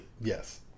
Yes